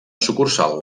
sucursal